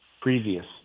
previous